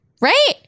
right